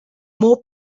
more